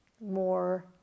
more